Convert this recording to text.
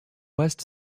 west